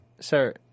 sir